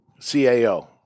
cao